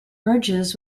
merges